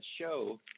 show